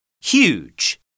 Huge